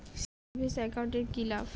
Savings account এর কি লাভ?